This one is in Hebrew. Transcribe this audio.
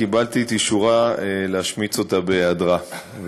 קיבלתי את אישורה להשמיץ אותה בהיעדרה,